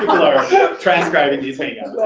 are yeah transcribing these hangouts.